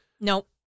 Nope